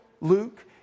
Luke